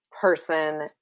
person